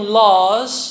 laws